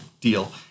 deal